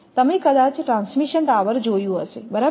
તમે કદાચ transmission tower જોયું હશે બરાબર